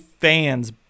fans